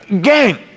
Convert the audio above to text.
gang